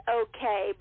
okay